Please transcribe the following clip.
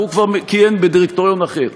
והוא כבר כיהן בדירקטוריון אחר.